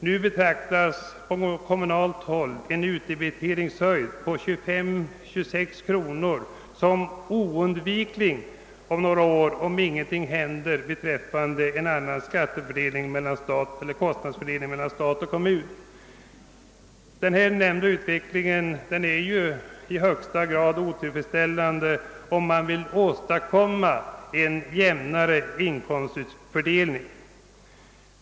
Nu betraktas på kommunalt håll en utdebiteringshöjd på 25—26 kronor som oundviklig om några år, därest ingenting händer beträffande en annan kostnadsfördelning mellan stat och kommun. Den nämnda utvecklingen är i högsta grad otillfredsställande, om man vill åstadkomma en jämnare inkomstfördelning.